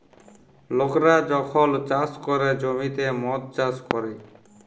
লকরা যখল চাষ ক্যরে জ্যমিতে মদ চাষ ক্যরে